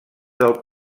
del